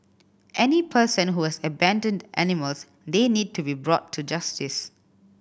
any person who has abandoned animals they need to be brought to justice